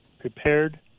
prepared